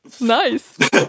Nice